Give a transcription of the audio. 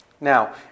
Now